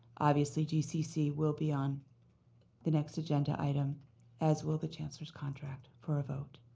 obviously, gcc will be on the next agenda item as will the chancellor's contract for a vote.